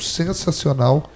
sensacional